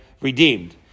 redeemed